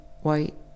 white